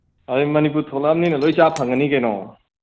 ꯑꯗꯩ ꯃꯅꯤꯄꯨꯔ ꯊꯣꯛꯂꯛꯑꯝꯅꯤꯅ ꯂꯣꯏ ꯆꯥ ꯐꯪꯉꯅꯤ ꯀꯩꯅꯣ